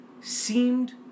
seemed